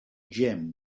gem